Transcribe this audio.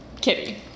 Kitty